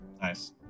Nice